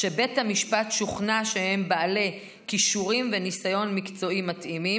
שבית המשפט שוכנע שהם בעלי כישורים וניסיון מקצועי מתאימים.